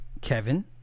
Kevin